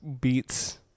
beats